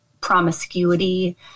promiscuity